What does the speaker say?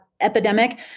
epidemic